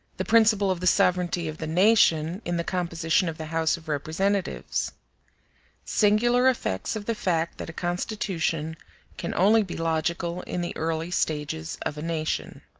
the principle of the sovereignty of the nation in the composition of the house of representatives singular effects of the fact that a constitution can only be logical in the early stages of a nation.